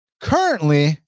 Currently